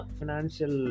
financial